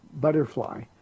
butterfly